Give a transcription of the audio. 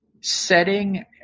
setting